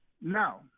No